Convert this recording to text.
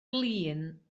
glin